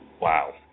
wow